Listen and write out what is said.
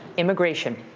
immigration,